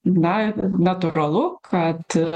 na natūralu kad